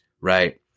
right